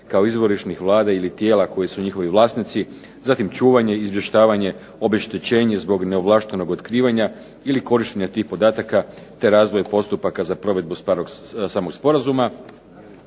kao izvorišnih Vlada ili tijela koji su njihovi vlasnici, zatim čuvanje i izvještavanje, obeštečenje zbog neovlaštenog otkrivanja ili korištenja tih podataka, te razvoj postupaka za provedbu samog sporazuma.